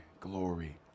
glory